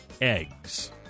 eggs